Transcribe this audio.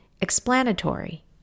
explanatory